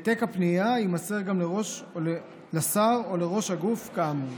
העתק הפנייה יימסר גם לשר או לראש הגוף כאמור".